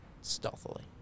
Stealthily